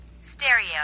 Stereo